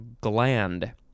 Gland